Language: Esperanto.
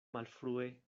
malfrue